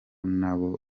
nabo